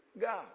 God